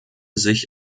sich